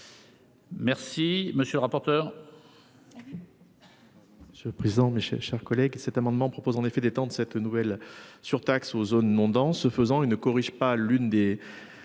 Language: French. Merci monsieur le rapporteur.